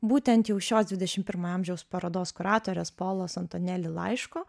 būtent jau šios dvidešim pirmojo amžiaus parodos kuratorės polos antoneli laiško